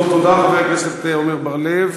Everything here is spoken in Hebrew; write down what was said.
תודה, חבר הכנסת עמר בר-לב.